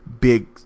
big